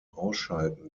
ausschalten